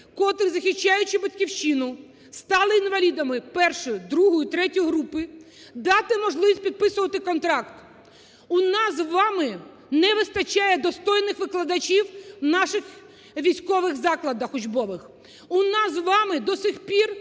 котрі, захищаючи Батьківщину, стали інвалідами І, ІІ, ІІІ групи, дати можливість підписувати контракт. У нас з вами не вистачає достойних викладачів в наших військових закладах учбових. У нас з вами до цих пір